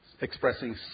expressing